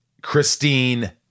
Christine